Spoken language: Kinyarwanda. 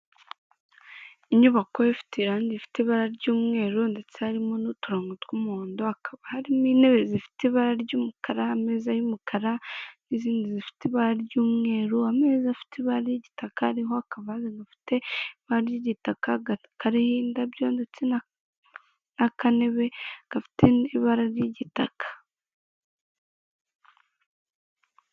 Inyubako ifite irange rifite ibara ry'umweru ndetse harimo n'uturango tw'umuhondo hakaba hari n'intebe zifite ibara ry'umukara, ameza y'umukara n'izindi zifite ibara ry'umweru .Amezi afite ibara ry'igitaka ariho akavaze gafite ibara ry'igitaka kariho indabyo ndetse n'akagatebe gafite ibara ry'igitaka.